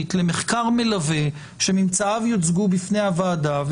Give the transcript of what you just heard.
למחקר מלווה שממצאיו יוצגו בפני הוועדה.